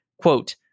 Quote